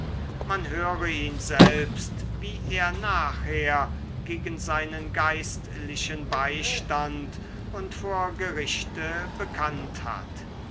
man höre ihn selbst wie er nachher gegen seinen geistlichen beistand und vor gerichte bekannt hat